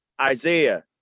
isaiah